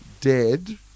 Dead